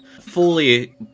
fully